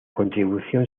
contribución